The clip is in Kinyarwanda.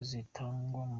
zitangwa